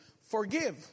Forgive